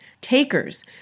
Takers